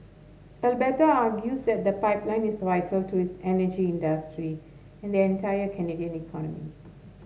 Alberta argues that the pipeline is vital to its energy industry and the entire Canadian economy